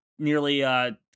nearly